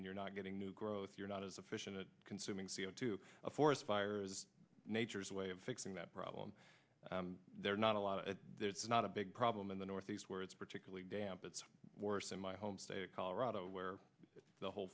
and you're not getting new growth you're not as efficient at consuming c o two a forest fire is nature's way of fixing that problem they're not a lot of there's not a big problem in the northeast where it's particularly damp it's worse in my home state of colorado where the whole